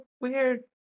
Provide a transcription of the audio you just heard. weird